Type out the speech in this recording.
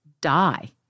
Die